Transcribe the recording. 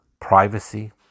privacy